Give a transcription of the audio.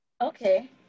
Okay